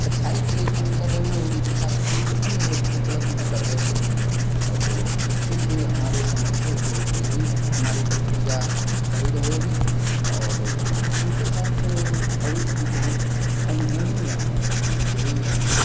अच्छाई के लिए काम कर रहे हैं और उनके साथ कोई अन्य व्यक्ति गलत न कर बैठे हाँ तो इसके लिए हमारी समझ से तो यही हमारी प्रक्रिया सही रहेगी और उनके साथ भविष्य में कभी अनहोनी न हो यही हम